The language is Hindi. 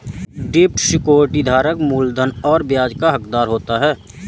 डेब्ट सिक्योरिटी धारक मूलधन और ब्याज का हक़दार होता है